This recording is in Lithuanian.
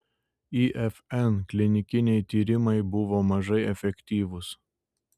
ifn klinikiniai tyrimai buvo mažai efektyvūs